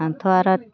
आंथ' आरो